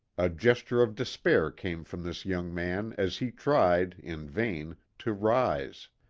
a gesture of despair came from this young man as he tried, in vain, to rise.